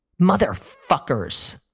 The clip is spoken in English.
Motherfuckers